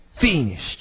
Finished